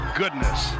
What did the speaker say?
goodness